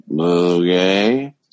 okay